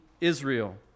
Israel